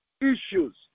issues